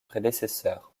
prédécesseurs